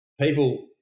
people